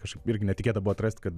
kažkaip irgi netikėta buvo atrast kad